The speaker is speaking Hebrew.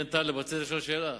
כן, טלב, רצית לשאול שאלה.